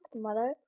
Mother